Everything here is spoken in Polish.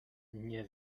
nie